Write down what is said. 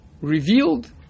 revealed